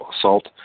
assault